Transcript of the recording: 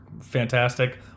Fantastic